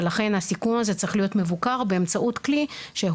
ולכן הסיכון הזה צריך להיות מבוקר באמצעות כלי שהוא